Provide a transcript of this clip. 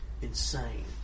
insane